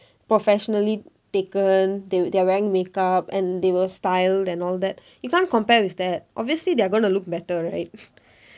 professionally taken they they are wearing makeup and they will style and all that you can't compare with that obviously they are going to look better right